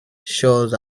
shows